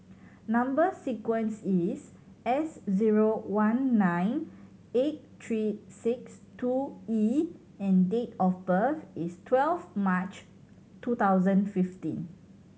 number sequence is S zero one nine eight three six two E and date of birth is twelve March two thousand fifteen